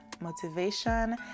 motivation